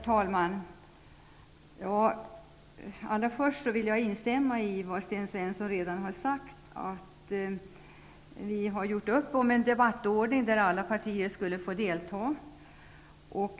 Herr talman! Först vill jag instämma i vad Sten Svensson har sagt, nämligen att vi har gjort upp om en debattordning som innebär att alla partier skall få delta i diskussionen.